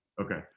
Okay